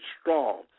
strong